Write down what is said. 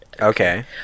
okay